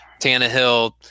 Tannehill